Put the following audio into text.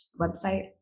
website